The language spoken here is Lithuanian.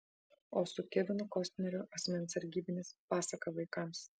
o su kevinu kostneriu asmens sargybinis pasaka vaikams